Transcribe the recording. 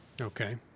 Okay